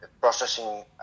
processing